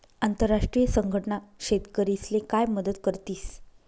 आंतरराष्ट्रीय संघटना शेतकरीस्ले काय मदत करतीस?